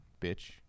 bitch